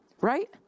Right